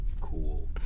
cool